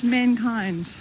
mankind